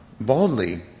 boldly